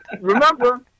remember